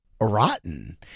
rotten